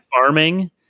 farming